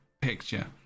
picture